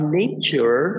nature